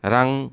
Rang